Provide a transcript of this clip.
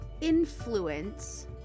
influence